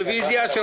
רוויזיה.